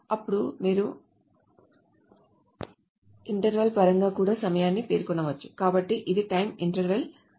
అప్పుడు మీరు ఇంటర్వెల్ పరంగా కూడా సమయాన్ని పేర్కొనవచ్చు కాబట్టి ఇది టైం ఇంటర్వల్ అవుతుంది